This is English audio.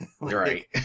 Right